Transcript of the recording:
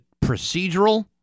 procedural